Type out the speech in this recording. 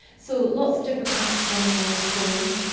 so lots of different apps running on phones,